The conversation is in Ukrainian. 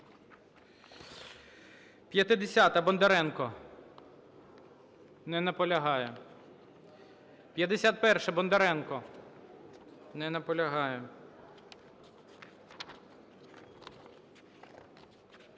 50-а, Бондаренко. Не наполягає. 51-а, Бондаренко. Не наполягає.